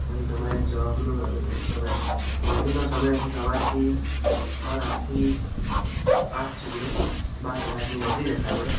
હવે તમારે જોબનું સબ નોકરીનો સમય હશે સવારથી સવાર આઠથી આઠ સુધીનો બાર કલાકની નોકરી રહેશે આપણે